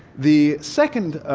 the second